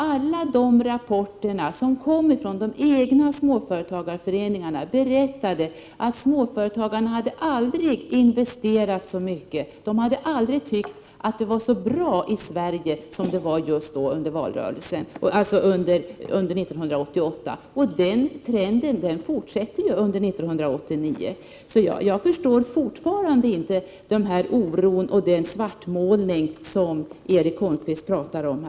Alla de rapporterna, som kom från de egna småföretagarföreningarna, berättade att småföretagarna aldrig hade investerat så mycket, att de aldrig hade tyckt att det var så bra i Sverige som det var just då, under 1988. Den trenden fortsätter under 1989. Jag förstår fortfarande inte den oro som Erik Holmkvist pratar om och den svartmålning som han ägnar sig åt.